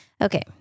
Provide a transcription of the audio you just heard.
Okay